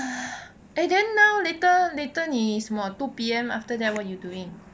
eh then now later later 你什么 two P_M after that what you doing